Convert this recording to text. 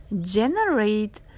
generate